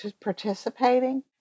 participating